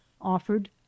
offered